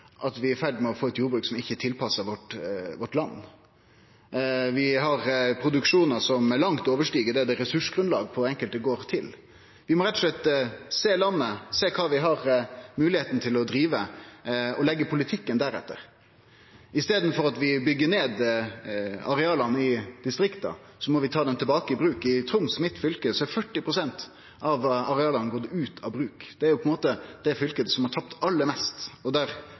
er tilpassa vårt land. Vi har produksjonar som langt overstig det som det er ressursgrunnlag for på enkelte gardar. Vi må rett og slett sjå landet, sjå kva vi har moglegheit til å drive, og leggje politikken deretter. I staden for at vi byggjer ned areala i distrikta, må vi ta dei tilbake i bruk. I Troms, mitt fylke, er 40 pst. av areala gått ut av bruk. Det er det fylket som har tapt aller mest, og der